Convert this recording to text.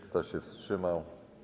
Kto się wstrzymał?